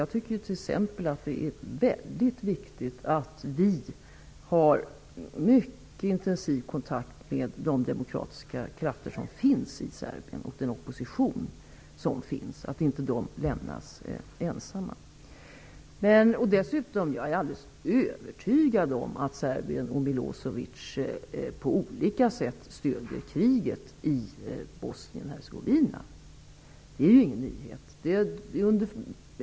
Jag tycker t.ex. att det är väldigt viktigt att vi har en mycket intensiv kontakt med de demokratiska krafter och den opposition som finns i Serbien och att vi inte lämnar dem ensamma. Dessutom är jag övertygad om att Serbien och Milosevic på olika sätt stödjer kriget i Bosnien Hercegovina. Det är ingen nyhet.